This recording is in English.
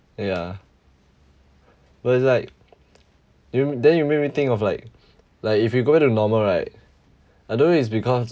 ya but it's like you then you make me think of like like if you go to normal right I don't know it's because